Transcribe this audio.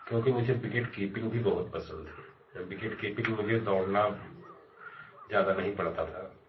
क्योंकि मुझे wicket keeping भी बहुत पसंद थी मैं विकेट कीपिंग मुझे दौड़ना ज़्यादा नहीं पड़ता था